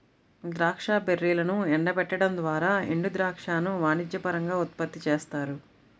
ద్రాక్ష బెర్రీలను ఎండబెట్టడం ద్వారా ఎండుద్రాక్షను వాణిజ్యపరంగా ఉత్పత్తి చేస్తారు